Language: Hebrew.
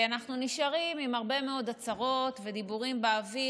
אנחנו נשארים עם הרבה מאוד הצהרות ודיבורים באוויר,